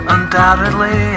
Undoubtedly